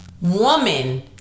woman